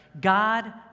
God